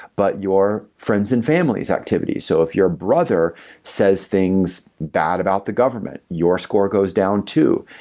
but your friends and family's activities. so if your brother says things bad about the government, your score goes down too.